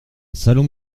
salon